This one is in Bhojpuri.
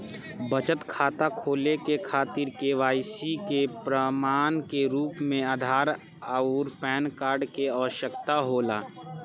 बचत खाता खोले के खातिर केवाइसी के प्रमाण के रूप में आधार आउर पैन कार्ड के आवश्यकता होला